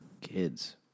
kids